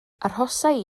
arhosai